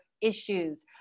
Issues